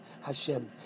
Hashem